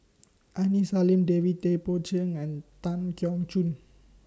Aini Salim David Tay Poey Cher and Tan Keong Choon